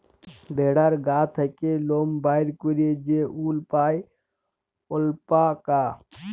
ভেড়ার গা থ্যাকে লম বাইর ক্যইরে যে উল পাই অল্পাকা